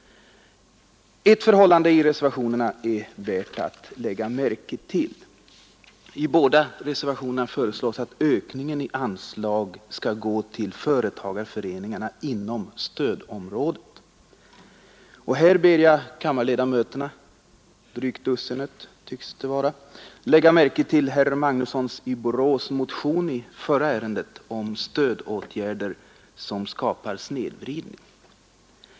Ett förhållande i reservationerna är värt att lägga märke till. I båda reservationerna föreslås att ökningen av anslagen skall gå till företagar föreningarna inom stödområdet. Här ber jag kammarledamöterna lägga märke till herr Magnussons i Borås motion i förra ärendet om ”stödåtgärder som skapar snedvridning”.